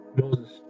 Moses